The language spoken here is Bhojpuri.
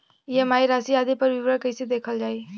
ई.एम.आई राशि आदि पर विवरण कैसे देखल जाइ?